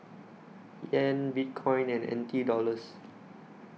Yen Bitcoin and N T Dollars